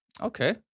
Okay